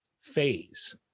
phase